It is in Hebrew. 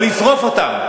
או לשרוף אותם.